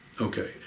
Okay